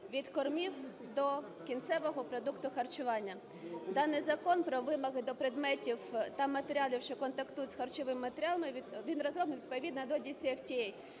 від кормів до кінцевого продукту харчування. Даний Закон про вимоги до предметів та матеріалів, що контактують з харчовими матеріалами, він розроблений відповідно до DCFTA,